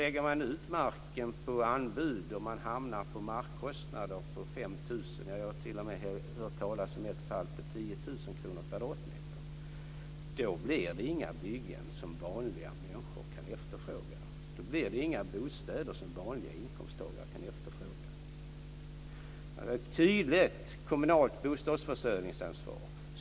Lägger man ut marken på anbud och hamnar på markkostnader på 5 000 kr per kvadratmeter - jag har t.o.m. hört talas om ett fall på 10 000 kr per kvadratmeter - blir det inga byggen som vanliga människor kan efterfråga. Då blir det inga bostäder som vanliga inkomsttagare kan efterfråga. Det måste vara ett tydligt kommunalt bostadsförsörjningsansvar.